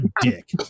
dick